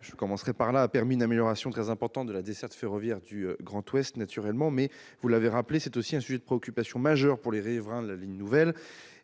de cette ligne a permis une amélioration très importante de la desserte ferroviaire du Grand-Ouest. Cependant, comme vous le rappelez, c'est aussi un sujet de préoccupation majeur pour les riverains de la ligne nouvelle.